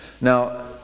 Now